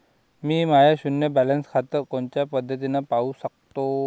मी माय शुन्य बॅलन्स खातं कोनच्या पद्धतीनं पाहू शकतो?